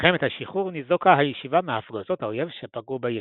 במלחמת השחרור ניזוקה הישיבה מהפגזות האויב שפגעו בה ישירות.